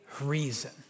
reason